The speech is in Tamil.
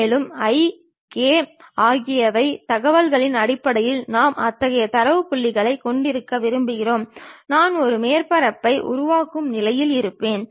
மேலும் i k வகையான தகவல்களின் அடிப்படையில் நான் எத்தனை தரவு புள்ளிகளைக் கொண்டிருக்க விரும்புகிறேன் நான் ஒரு மேற்பரப்பை உருவாக்கும் நிலையில் இருப்பேன்